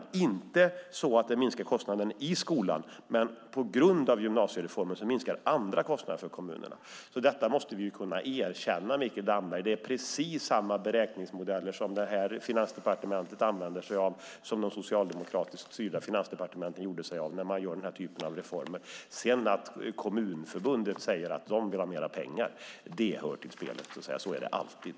Det är inte så att det minskar kostnaden i skolan, men på grund av gymnasiereformen minskar andra kostnader för kommunerna. Detta måste vi kunna erkänna, Mikael Damberg. Detta finansdepartement använder sig av precis samma beräkningsmodeller som de socialdemokratiskt styrda finansdepartementen gjorde när man gör denna typ av reformer. Att kommunförbundet sedan säger att de vill ha mer pengar hör till spelet. Så är det alltid.